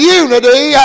unity